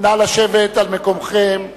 נא לשבת על מקומכם,